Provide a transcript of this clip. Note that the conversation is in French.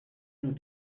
nous